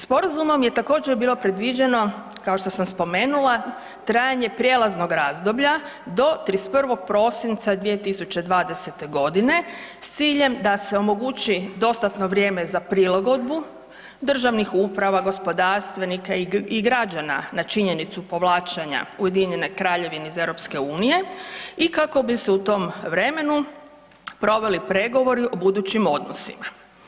Sporazumom je također, bilo predviđeno, kao što sam spomenula, trajanje prijelaznog razdoblja do 31. prosinca 2020. g. s ciljem da se omogući dostatno vrijeme za prilagodbu državnih uprava, gospodarstvenika i građana na činjenicu povlačenja UK-a iz EU i kako bi se u tom vremenu proveli pregovori o budućim odnosima.